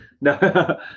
No